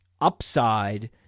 upside